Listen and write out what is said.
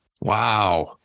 Wow